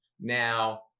now